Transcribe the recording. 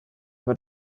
aber